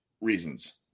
reasons